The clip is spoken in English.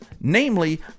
namely